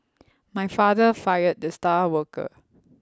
my father fired the star worker